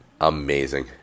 Amazing